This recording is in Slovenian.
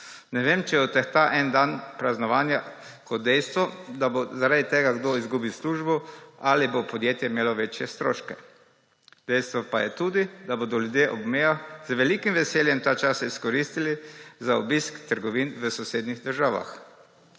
Ne vem, če odtehta en dan praznovanja dejstvo, da bo zaradi tega kdo izgubil službo ali bo podjetje imelo večje stroške. Dejstvo pa je tudi, da bodo ljudje ob mejah z velikim veseljem ta čas izkoristili za obisk trgovin v sosednjih državah.